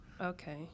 Okay